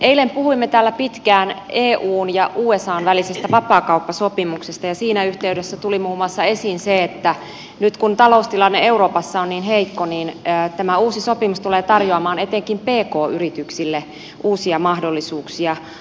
eilen puhuimme täällä pitkään eun ja usan välisestä vapaakauppasopimuksesta ja siinä yhteydessä tuli esiin muun muassa se että nyt kun taloustilanne euroopassa on niin heikko tämä uusi sopimus tulee tarjoamaan etenkin pk yrityksille uusia mahdollisuuksia